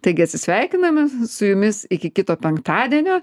taigi atsisveikiname su jumis iki kito penktadienio